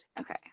Okay